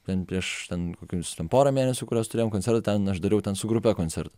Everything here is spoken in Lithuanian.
ten prieš ten kokius porą mėnesių kuriuos turėjom koncertą ten aš dariau ten su grupe koncertą